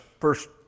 first